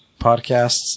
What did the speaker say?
podcasts